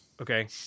Okay